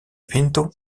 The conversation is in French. pinto